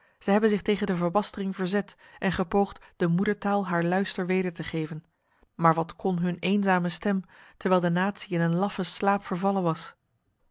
zij hebben zich tegen de verbastering verzet en gepoogd de moedertaal haar luister weder te geven maar wat kon hun eenzame stem terwijl de natie in een laffe slaap vervallen was